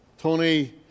Tony